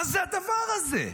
מה זה הדבר הזה?